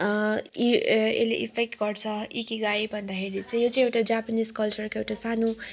ई यसले एफेक्ट गर्छ इकिगाई भन्दाखेरि चाहिँ यो चाहिँ एउटा जापनिज कलचरको एउटा सानो